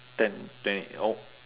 ten twenty o~